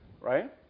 right